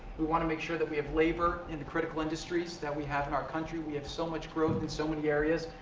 we want to make sure that we have labor in critical industries that we have in our country. we have so much growth in so many areas,